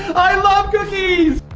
i love cookies!